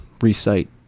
recite